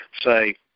say